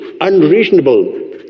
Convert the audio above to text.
unreasonable